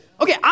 Okay